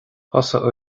thosaigh